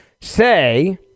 say